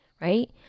right